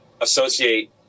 associate